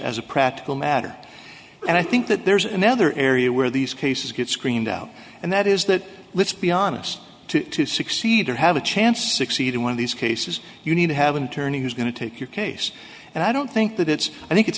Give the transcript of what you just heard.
as a practical matter and i think that there's another area where these cases get screened out and that is that let's be honest to succeed or have a chance to succeed in one of these cases you need to have an attorney who's going to take your case and i don't think that it's i think it's